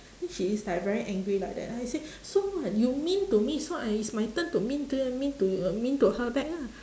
then she is like very angry like that I said so what you mean to me so I is my turn to mean to y~ mean to y~ uh mean to her back ah